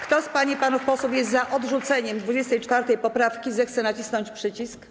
Kto z pań i panów posłów jest za odrzuceniem 24. poprawki, zechce nacisnąć przycisk.